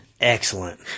Excellent